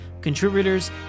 contributors